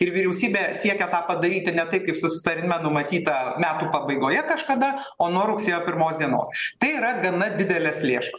ir vyriausybė siekia tą padaryti ne taip kaip susitarime numatyta metų pabaigoje kažkada o nuo rugsėjo pirmos dienos tai yra gana didelės lėšos